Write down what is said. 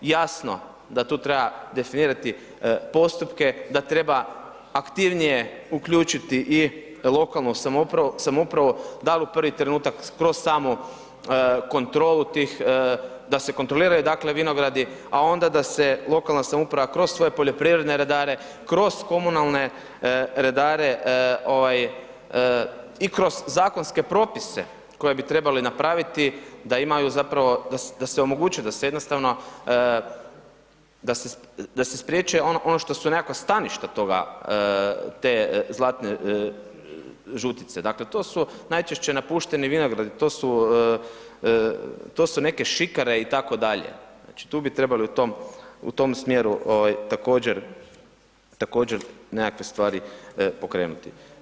Jasno da tu treba definirati postupke, da treba aktivnije uključiti i lokalnu samoupravu, dal u prvi trenutak kroz samu kontrolu tih, da se kontroliraju, dakle, vinogradi, a onda da se lokalna samouprava kroz svoje poljoprivredne redare, kroz komunalne redare i kroz zakonske propise koje bi trebali napraviti da imaju zapravo, da se omogući da se jednostavno, da se spriječe ono što su nekakva staništa toga, te zlatne žutice, dakle, to su najčešće napušteni vinogradi, to su neke šikare itd., znači, tu bi trebali u tom smjeru također, također nekakve stvari pokrenuti.